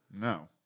No